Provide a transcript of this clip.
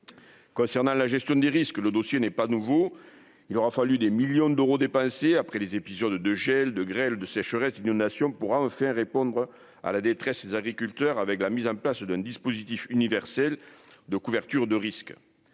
concernant la gestion des risques, le dossier n'est pas nouveau, il aura fallu des millions d'euros dépensés après les épisodes de gel de grêle de sécheresse, inondations pourra en faire répondre à la détresse des agriculteurs avec la mise en place d'un dispositif universel de couverture de risques,